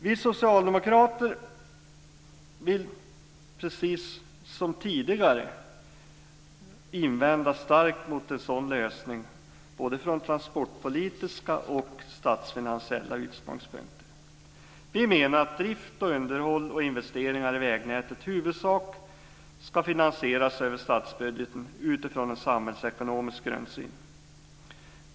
Vi socialdemokrater vill precis som tidigare invända starkt mot en sådan lösning både från transportpolitiska och statsfinansiella utgångspunkter. Vi menar att drift, underhåll och investeringar i vägnätet i huvudsak ska finansieras över statsbudgeten utifrån en samhällsekonomisk grundsyn.